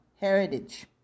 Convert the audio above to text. heritage